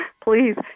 please